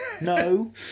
No